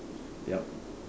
yup